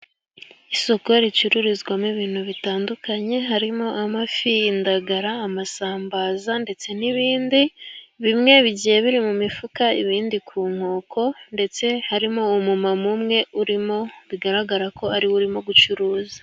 Isoko ricururizwamo ibintu bitandukanye harimo amafi, indagara, amasambaza, ndetse n'ibindi. Bimwe bigiye biri mu mifuka ibindi ku nkoko, ndetse harimo umu mama umwe urimo, bigaragara ko ari we urimo gucuruza.